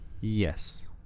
Yes